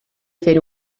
fer